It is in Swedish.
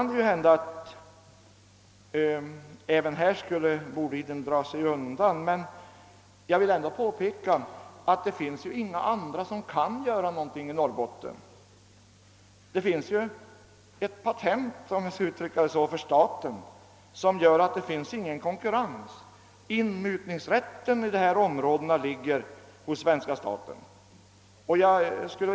Det kan hända att även Bolidenbolaget skulle dra sig undan i detta fall, men jag vill påpeka att det förekommer ett statligt monopol på detta område i Norrbotten, varför det inte finns några konkurrensmöjligheter. Staten har nämligen inmutningsrätten inom detta område.